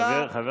חבר